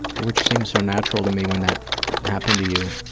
which seems so natural to me when that happened to you.